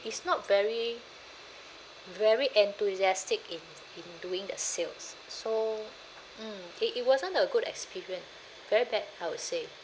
is not very very enthusiastic in in doing the sales so mm it it wasn't a good experience very bad I would say